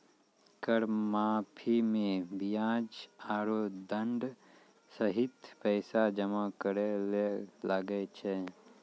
कर माफी मे बियाज आरो दंड सहित पैसा जमा करे ले लागै छै